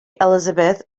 elizabeth